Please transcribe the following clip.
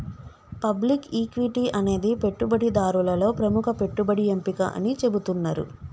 public equity అనేది పెట్టుబడిదారులలో ప్రముఖ పెట్టుబడి ఎంపిక అని చెబుతున్నరు